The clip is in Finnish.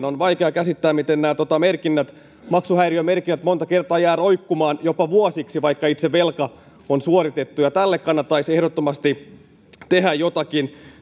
on vaikea käsittää miten maksuhäiriömerkinnät monta kertaa jäävät roikkumaan jopa vuosiksi vaikka itse velka on suoritettu tälle kannattaisi ehdottomasti tehdä jotakin